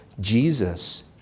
Jesus